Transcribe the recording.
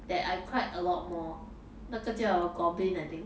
that I cried a lot more 那个叫 goblin I think